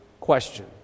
question